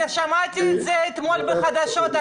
אני שמעתי את זה אתמול בחדשות,